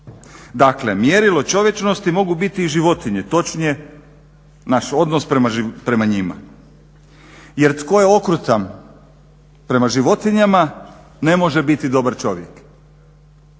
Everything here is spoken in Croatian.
Dakle, mjerilo čovječnosti mogu biti i životinje, točnije naš odnos prema njima. Jer tko je okrutan prema životinjama ne može biti dobar čovjek.